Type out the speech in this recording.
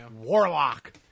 Warlock